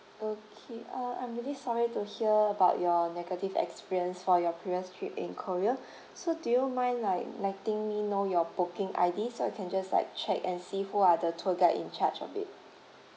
okay uh I'm really sorry to hear about your negative experience for your previous trip in korea so do you mind like letting me know your booking I_D so I can just like check and see who are the tour guide in charge of it